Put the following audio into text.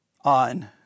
On